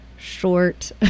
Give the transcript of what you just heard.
short